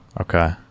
Okay